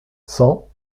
cent